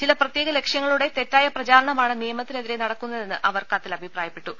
ചില പ്രത്യേക ലക്ഷ്യങ്ങളോടെ തെറ്റായ പ്രചാരണമാണ് നിയമത്തിനെതിരെ നടക്കുന്നതെന്ന് അവർ കത്തിൽ അഭിപ്രായപ്പെട്ടു